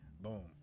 Boom